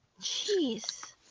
Jeez